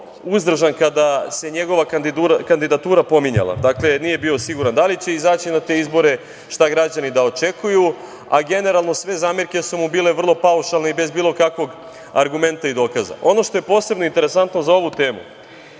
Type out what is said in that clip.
uzdržan kada se njegova kandidatura pominjala. Dakle, nije bio siguran da li će izaći na te izbore, šta građani da očekuju, a generalno, sve zamerke su mu bile vrlo paušalne bez bilo kakvog argumenta i dokaza. Ono što je posebno interesantno za ovu temu